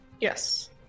Yes